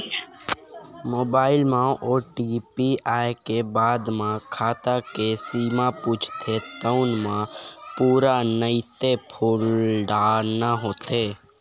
mobile म OTP आए के बाद म खाता के सीमा पूछथे तउन म पूरा नइते फूल डारना होथे